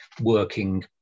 working